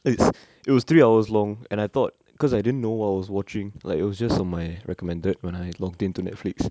it's it was three hours long and I thought cause I didn't know what I was watching like it was just on my recommended when I logged in to netflix